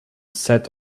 set